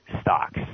stocks